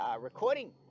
recording